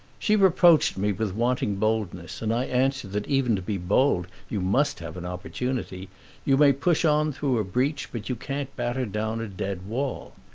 she reproached me with wanting boldness, and i answered that even to be bold you must have an opportunity you may push on through a breach but you can't batter down a dead wall.